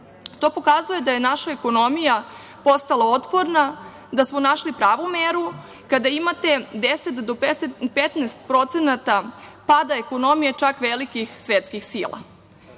pokazuje da je naša ekonomija postala otporna, da smo našli pravu meru, kada imate 10-15% pada ekonomije čak velikih svetskih sila.